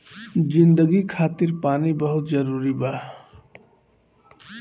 जिंदगी खातिर पानी बहुत जरूरी बा